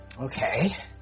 Okay